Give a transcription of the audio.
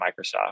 Microsoft